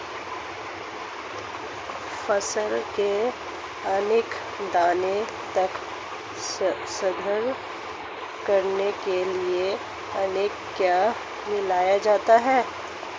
फसलों को अधिक दिनों तक स्टोर करने के लिए उनमें क्या मिलाया जा सकता है?